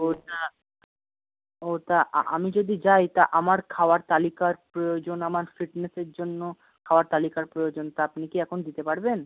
ও তা ও তা আমি যদি যাই তা আমার খাওয়ার তালিকার প্রয়োজন আমার ফিটনেসের জন্য খাওয়ার তালিকার প্রয়োজন তা আপনি কি এখন দিতে পারবেন